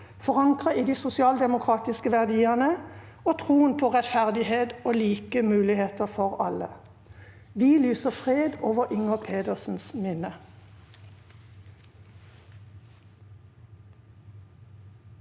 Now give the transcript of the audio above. forankret i de sosialdemokratiske verdiene og troen på rettferdighet og like muligheter for alle. Vi lyser fred over Inger Pedersens minne.